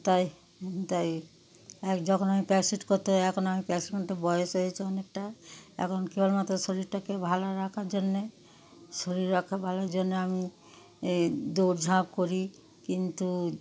তাই আমি তাই এক যখন আমি প্র্যাক্টিস করতাম এখন আমি প্র্যাক্টিস করতে পারি না বয়স হয়েছে অনেকটা এখন কেবলমাত্র শরীরটাকে ভালো রাখার জন্যে শরীর রাখা ভালার জন্যে আমি দৌড় ঝাঁপ করি কিন্তু